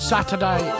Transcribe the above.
Saturday